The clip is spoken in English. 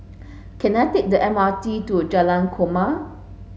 can I take the M R T to Jalan Korma